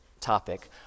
topic